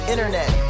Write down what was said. Internet